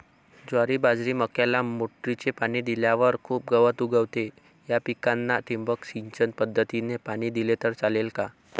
ज्वारी, बाजरी, मक्याला मोटरीने पाणी दिल्यावर खूप गवत उगवते, या पिकांना ठिबक सिंचन पद्धतीने पाणी दिले तर चालेल का?